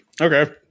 Okay